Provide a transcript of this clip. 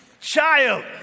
child